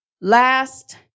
Last